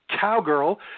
Cowgirl